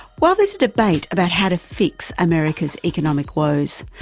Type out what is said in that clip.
while there's a debate about how to fix america's economic woes,